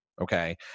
Okay